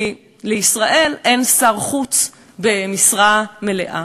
כי לישראל אין שר חוץ במשרה מלאה.